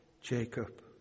Jacob